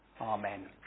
Amen